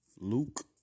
Luke